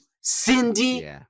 Cindy